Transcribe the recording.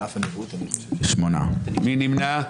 מי נמנע?